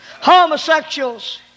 homosexuals